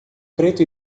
preto